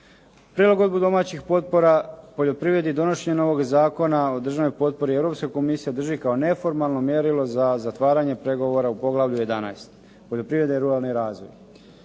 Prilagodbu domaćih potpora poljoprivredi, donošenje novog Zakona o državnoj potpori Europska komisija drži kao neformalno mjerilo za zatvaranje pregovora u poglavlju 11. Poljoprivrede i ruralni razvoj.